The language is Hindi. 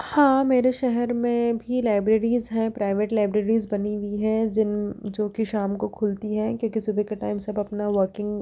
हाँ मेरे शहर में भी लाइब्रेरीज़ हैं प्राइवेट लाइब्रेरीज़ बनी हुई हैं जिन जो कि शाम को खुलती हैं क्योंकि सुबह के टाइम सब अपना वर्किंग